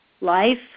life